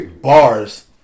Bars